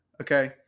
okay